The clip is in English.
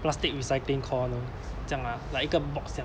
plastic recycling corner 这样啦 like 一个 box 这样